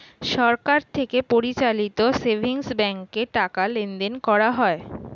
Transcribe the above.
সরকার থেকে পরিচালিত সেভিংস ব্যাঙ্কে টাকা লেনদেন করা হয়